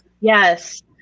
Yes